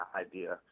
idea